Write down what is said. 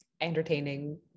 entertaining